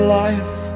life